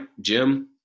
Jim